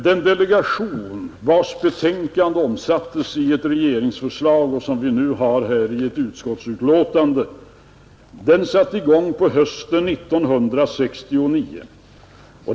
Den delegation vars betänkande omsattes i ett regeringsförslag och som vi nu har här i ett utskottsbetänkande satte i gång på hösten 1969.